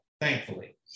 thankfully